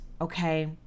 okay